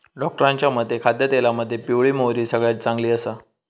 डॉक्टरांच्या मते खाद्यतेलामध्ये पिवळी मोहरी सगळ्यात चांगली आसा